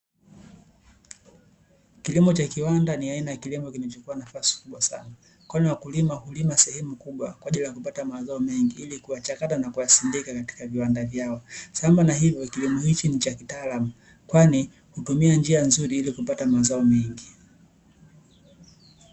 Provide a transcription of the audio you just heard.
Kilimo cha kiwanda ni aina ya kilimo kilichokuwa na nafasi kubwa sana kwani wakulima hulima sehemu kubwa kwa ajili ya kupata mazao mengi ili kuchakata na kuyasindika katika viwanda vyao, sambamba na hivyo kilimo hichi ni cha kitaalamu kwani hutumia njia nzuri ili kupata mazao mengi.